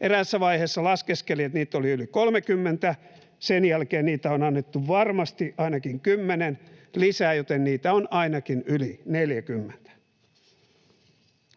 Eräässä vaiheessa laskeskelin, että niitä oli yli 30. Sen jälkeen niitä on annettu varmasti ainakin kymmenen lisää, joten niitä on ainakin yli 40.